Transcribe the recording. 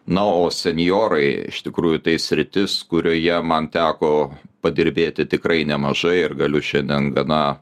na o senjorai iš tikrųjų tai sritis kurioje man teko padirbėti tikrai nemažai ir galiu šiandien gana